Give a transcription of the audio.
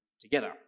together